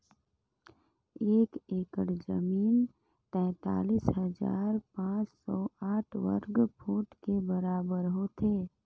एक एकड़ जमीन तैंतालीस हजार पांच सौ साठ वर्ग फुट के बराबर होथे